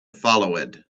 followed